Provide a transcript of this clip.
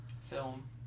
film